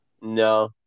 No